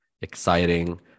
exciting